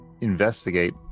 Investigate